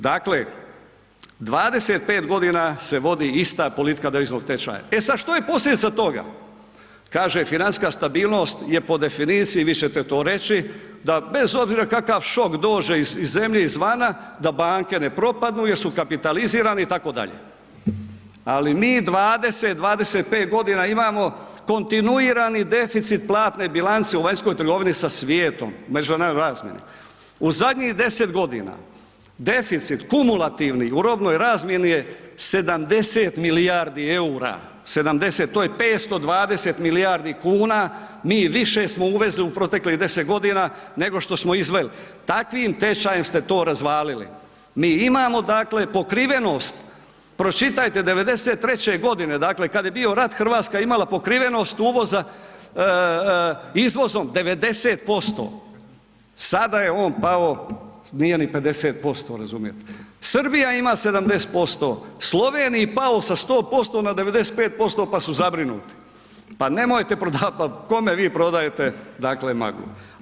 Dakle, 25 godina se vodi ista politika deviznog tečaja, e sad što je posljedica toga, kaže financijska stabilnost je po definiciji, vi ćete to reći, da bez obzira kakav šok dođe iz zemlje, izvana da banke ne propadnu jer su kapitalizirani itd., ali mi 20, 25 godina imamo kontinuirani deficit platne bilance u vanjskoj trgovini sa svijetom na međunarodnoj razmjeni, u zadnji 10.g. deficit kumulativni u robnoj razmjeni je 70 milijardi EUR-a, 70, to je 520 milijardi kuna mi više smo uvezli u proteklih 10.g. nego što smo izveli, takvim tečajem ste to razvalili, mi imamo dakle pokrivenost, pročitajte '93.g., dakle kad je bio rat, RH je imala pokrivenost uvoza izvozom 90%, sada je on pao nije ni 50% razumijete, Srbija ima 70%, Sloveniji pao sa 100% na 95%, pa su zabrinuti, pa nemojte prodavat, pa kome vi prodajete dakle maglu.